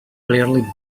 clearly